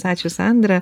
ačiū sandra